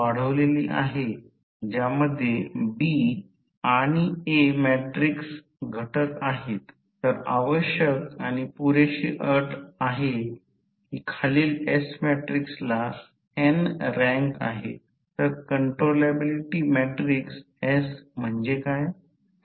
winding प्रतिरोधक आणि drop अभिक्रिया ओलांडून व्होल्टेज ड्रॉप मध्ये बदल झाल्यामुळे लोड मध्ये बदल झाल्यामुळे दुय्यम टर्मिनल व्होल्टेज बदलते कारण जर भार बदलला तर नैसर्गिकरित्या दुय्यम बाजूला व्होल्टेज ड्रॉप बदलला जाईल